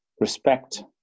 respect